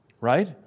right